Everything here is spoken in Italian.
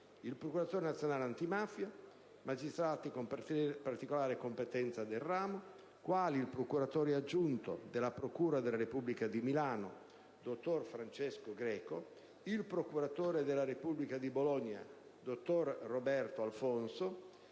il procuratore nazionale antimafia; magistrati con particolare competenza nel ramo, quali il procuratore aggiunto della procura della Repubblica di Milano, dottor Francesco Greco, il procuratore della Repubblica di Bologna, dottor Roberto Alfonso,